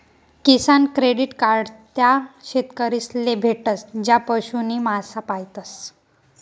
किसान credit card त्या शेतकरीस ले भेटस ज्या पशु नी मासा पायतस